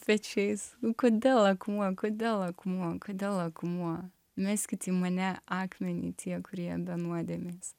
pečiais kodėl akmuo kodėl akmuo kodėl akmuo meskit į mane akmenį tie kurie be nuodėmės